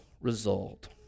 result